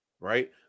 right